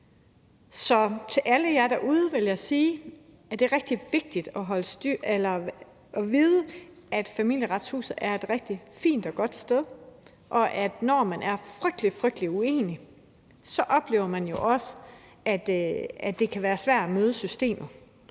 Så til alle jer derude vil jeg sige, at det er vigtigt at vide, at Familieretshuset er et rigtig fint og godt sted, og at når man er frygtelig, frygtelig uenig, oplever man jo også, at det kan være svært at møde systemet.